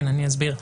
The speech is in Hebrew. אני אסביר.